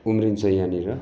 उम्रिन्छ यहाँनिर